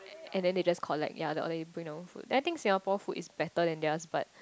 and then they just collect ya then or they bring over food I think Singapore food is better than theirs but